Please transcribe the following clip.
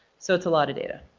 so it's a lot of data.